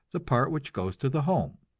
the part which goes to the home,